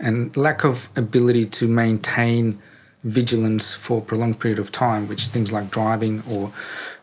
and lack of ability to maintain vigilance for a prolonged period of time, which things like driving or